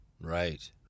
Right